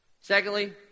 Secondly